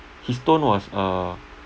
his tone was uh